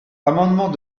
amendement